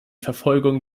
verfolgung